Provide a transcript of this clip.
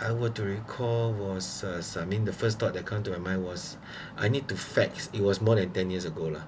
I were to recall was uh some in the first thought that comes to my mind was I need to fax it was more than ten years ago lah